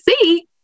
see